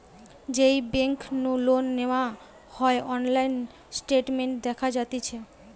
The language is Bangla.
যেই বেংক নু লোন নেওয়া হয়অনলাইন স্টেটমেন্ট দেখা যাতিছে